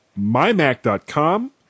mymac.com